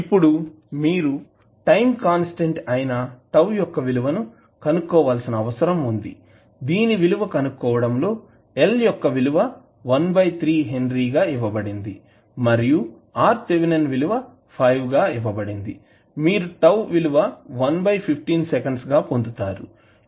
ఇప్పుడుమీరు time constant అయినా tau యొక్క విలువను కనుక్కోవాల్సిన అవసరం వుంది దీని విలువ కనుక్కోవడంలో L యొక్క విలువ 13H గా ఇవ్వబడింది మరియు RTH విలువ 5 ఇవ్వబడింది మీరు టౌ విలువ 115 సెకండ్స్ గాపొందుతారు